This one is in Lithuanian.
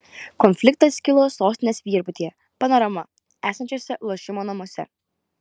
konfliktas kilo sostinės viešbutyje panorama esančiuose lošimo namuose